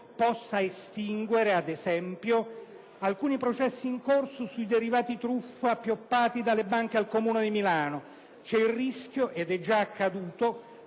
possano estinguere, ad esempio, alcuni processi in corso sui derivati truffa appioppati dalle banche al Comune di Milano. C'è il rischio - ed è già accaduto